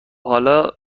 حالا